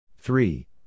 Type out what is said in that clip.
Three